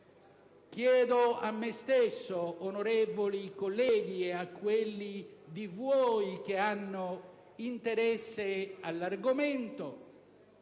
Chiedo a me stesso, onorevoli colleghi, ed a quelli di voi che hanno interesse all'argomento: